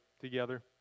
together